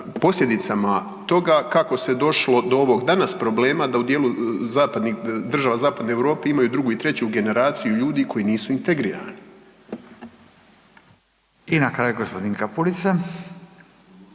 posljedicama toga kako se došlo do ovog danas problema da u dijelu zapadnih, država zapadne Europe imaju drugu i treću generaciju ljudi koji nisu integrirani. **Radin, Furio